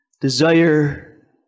desire